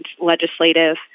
legislative